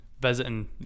Visiting